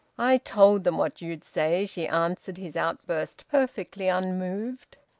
i told them what you'd say, she answered his outburst, perfectly unmoved.